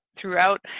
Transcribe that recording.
throughout